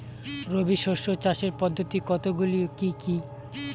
রবি শস্য চাষের পদ্ধতি কতগুলি কি কি?